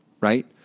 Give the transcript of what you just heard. right